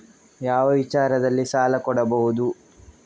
ಯಾವ ವಿಚಾರದಲ್ಲಿ ಸಾಲ ಕೊಡಬಹುದು?